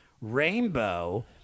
Rainbow